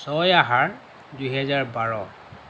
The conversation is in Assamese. ছয় আহাৰ দুহেজাৰ বাৰ